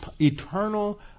eternal